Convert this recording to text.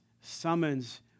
summons